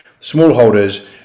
smallholders